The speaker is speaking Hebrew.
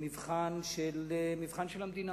מבחן של המדינה.